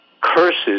curses